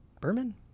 Berman